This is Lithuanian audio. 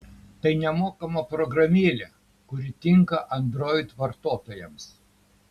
tai nemokama programėlė kuri tinka android vartotojams